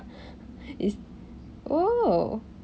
it's oh